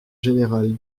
générale